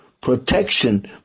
protection